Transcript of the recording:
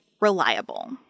reliable